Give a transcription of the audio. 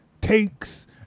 takes